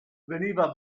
veniva